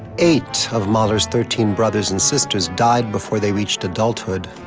eight of mahler's thirteen brothers and sisters died before they reached adulthood.